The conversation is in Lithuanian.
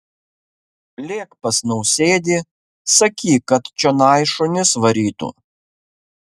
lėk pas nausėdį sakyk kad čionai šunis varytų